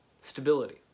stability